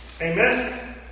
Amen